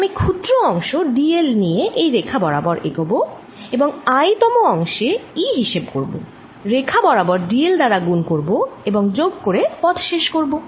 আমি ক্ষুদ্র অংশ d l নিয়ে এই রেখা বরাবর এগোব এবং i তম অংশে E হিসেব করবো রেখা বরাবর d l দ্বারা গুন করব এবং যোগ করে পথ শেষ করবো